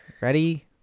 ready